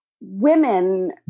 women